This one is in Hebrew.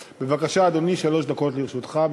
בבקשה, אדוני, שלוש דקות לרשותך.